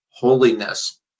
holiness